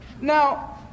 Now